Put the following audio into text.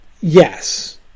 yes